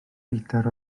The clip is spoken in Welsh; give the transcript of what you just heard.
litr